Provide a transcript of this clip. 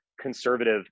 conservative